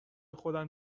خودم